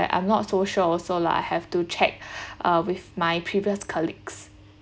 I'm not so sure also lah I have to check ah with my previous colleagues